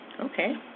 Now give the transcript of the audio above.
Okay